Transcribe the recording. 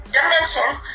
dimensions